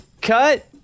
Cut